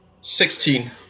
Sixteen